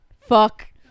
Fuck